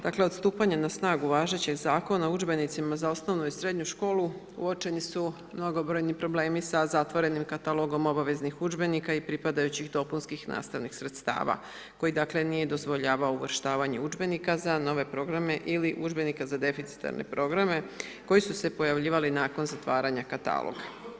Dakle od stupanja na snagu važećeg zakona udžbenicima za osnovnu i srednju školu uočeni su mnogobrojni problemi sa zatvorenim katalogom obaveznih udžbenika i pripadajućih dopunskih i nastavnih sredstava koji dakle nije dozvoljavao uvrštavanje udžbenika za nove programe ili udžbenika za deficitarne programe koji su se pojavljivali nakon zatvaranja kataloga.